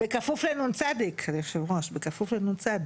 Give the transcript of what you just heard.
בכפוף לנ.צ, היושב ראש, בכפוף לנ.צ.